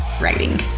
writing